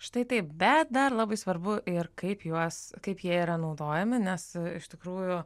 štai taip bet dar labai svarbu ir kaip juos kaip jie yra naudojami nes iš tikrųjų